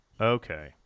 Okay